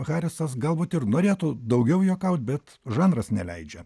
harisas galbūt ir norėtų daugiau juokaut bet žanras neleidžia